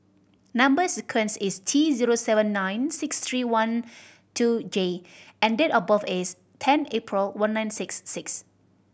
number sequence is T zero seven nine six three one two J and date of birth is ten April one nine six six